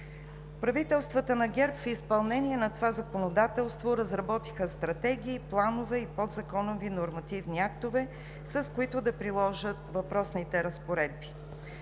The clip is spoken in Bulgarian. Правителствата на ГЕРБ в изпълнение на това законодателство разработиха стратегии, планове и подзаконови нормативни актове, с които да приложат въпросните разпоредби.